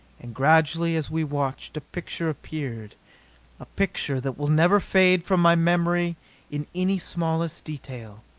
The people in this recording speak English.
and gradually, as we watched, a picture appeared a picture that will never fade from my memory in any smallest detail.